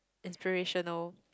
inspirational